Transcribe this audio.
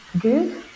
good